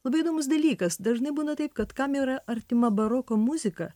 labai įdomus dalykas dažnai būna taip kad kam yra artima baroko muzika